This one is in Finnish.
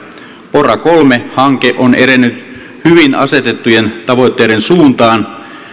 pora kolme hanke on edennyt hyvin asetettujen tavoitteiden suuntaan